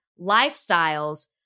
lifestyles